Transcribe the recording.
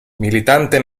militante